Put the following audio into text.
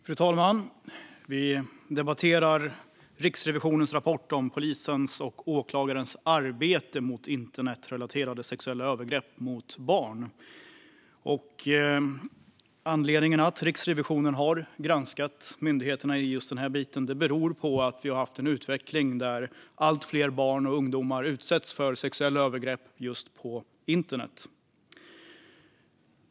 Fru talman! Vi debatterar Riksrevisionens rapport om polisens och åklagarnas arbete mot internetrelaterade sexuella övergrepp mot barn. Anledningen till att Riksrevisionen har granskat myndigheterna i just den här biten är att vi har haft en utveckling där allt fler barn och ungdomar utsätts för sexuella övergrepp just på internet.